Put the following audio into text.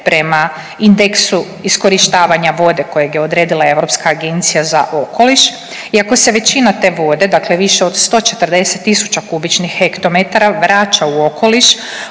prema indeksu iskorištavanja vode kojeg je odredila Europska agencija za okoliš. Iako se većina te vode, dakle više od 140 tisuća kubičnih hektometara vraća u okoliš